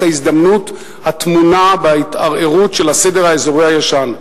ההזדמנות הטמונה בהתערערות של הסדר האזורי הישן.